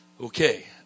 Okay